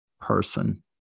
person